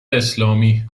اسلامی